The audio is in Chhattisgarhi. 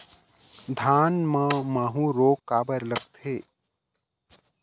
धान म माहू रोग काबर लगथे?